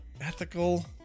ethical